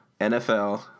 NFL